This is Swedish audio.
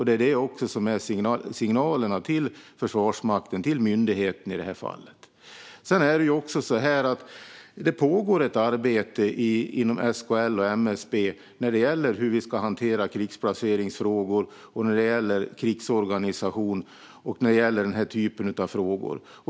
Det är också det som är signalerna till myndigheten Försvarsmakten. Det pågår också ett arbete inom SKL och MSB vad gäller hur vi ska hantera krigsplaceringsfrågor, krigsorganisation och frågor som dessa.